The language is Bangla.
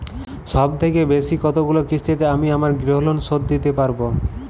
সবথেকে বেশী কতগুলো কিস্তিতে আমি আমার গৃহলোন শোধ দিতে পারব?